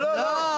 לא, לא.